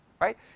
right